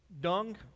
Dung